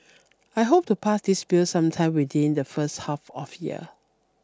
I hope to pass this bill sometime within the first half of year